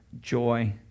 joy